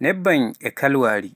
nebban e kalwaari.